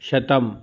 शतम्